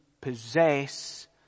possess